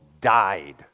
died